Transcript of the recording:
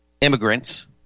immigrants